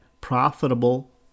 profitable